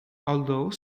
although